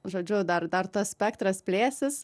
žodžiu dar dar tas spektras plėsis